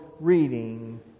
reading